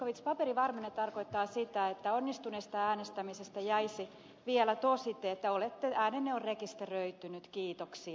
zyskowicz paperivarmenne tarkoittaa sitä että onnistuneesta äänestämisestä jäisi vielä tosite että äänenne on rekisteröitynyt kiitoksia